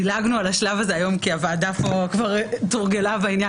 דילגנו על השלב הזה היום כי הוועדה תורגלה בעניין